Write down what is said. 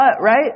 right